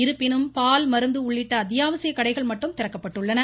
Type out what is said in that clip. இருப்பினும் பால் மருந்து உள்ளிட்ட அத்தியாவசிய கடைகள் மட்டும் திறக்கப்பட்டுள்ளன